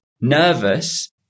nervous